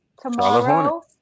Tomorrow